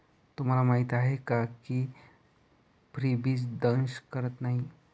तुम्हाला माहीत आहे का की फ्रीबीज दंश करत नाही